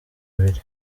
ibiri